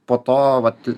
po to vat